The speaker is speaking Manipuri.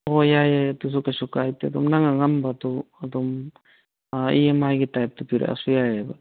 ꯍꯣꯏ ꯌꯥꯏ ꯌꯥꯏ ꯌꯥꯏ ꯑꯗꯨꯁꯨ ꯀꯩꯁꯨ ꯀꯥꯏꯗꯦ ꯑꯗꯨꯝ ꯅꯪ ꯑꯉꯝꯕꯗꯨ ꯑꯗꯨꯝ ꯏ ꯑꯦꯝ ꯑꯥꯏꯒꯤ ꯇꯥꯏꯞꯇ ꯄꯤꯔꯛꯑꯁꯨ ꯌꯥꯏꯑꯕ